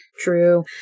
True